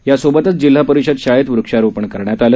यासोबतच जिल्हा परिषद शाळेत वृक्षारोपणही करण्यात आलं